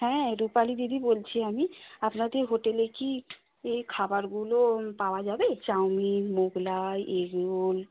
হ্যাঁ রুপালি দিদি বলছি আমি আপনাদের হোটেলে কি এ খাবারগুলো পাওয়া যাবে চাউমিন মোগলাই এগরোল